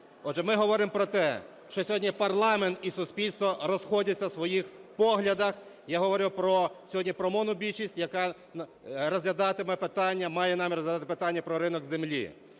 Отже, ми говоримо про те, що сьогодні парламент і суспільство розходяться у своїх поглядах. Я говорю сьогодні про монобільшість, яка розглядатиме питання, має намір розглядати питання про ринок землі.